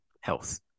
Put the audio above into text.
health